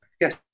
Yes